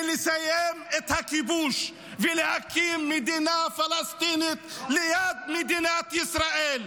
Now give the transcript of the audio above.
היא לסיים את הכיבוש ולהקים מדינה פלסטינית ליד מדינת ישראל.